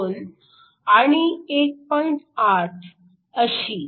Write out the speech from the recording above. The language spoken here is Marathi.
8 अशी